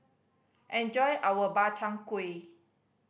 enjoy our Makchang Gui